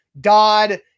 Dodd